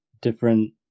different